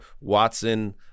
Watson